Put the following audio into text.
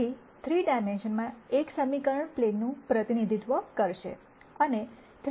તેથી 3 ડાઈમેન્શનમાં એક સમીકરણ પ્લેનનું પ્રતિનિધિત્વ કરશે